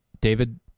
david